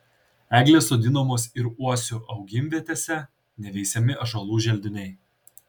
eglės sodinamos ir uosių augimvietėse neveisiami ąžuolų želdiniai